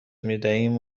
میدهیم